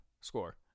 score